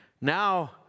Now